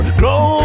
grow